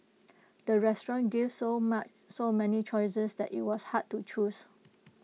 the restaurant gave so so many choices that IT was hard to choose